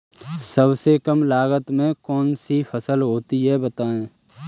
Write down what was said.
सबसे कम लागत में कौन सी फसल होती है बताएँ?